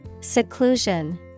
Seclusion